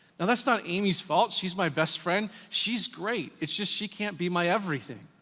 now that's not amy's fault, she's my best friend, she's great, it's just she can't be my everything.